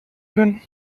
können